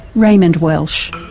raymond welch.